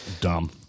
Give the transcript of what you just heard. Dumb